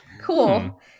cool